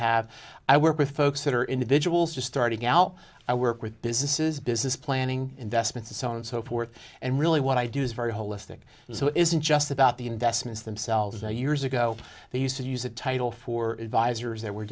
have i work with folks that are individuals just starting out i work with businesses business planning investments and so on and so forth and really what i do is very holistic so it isn't just about the investments themselves and years ago they used to use that title for advisors they were